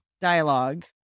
dialogue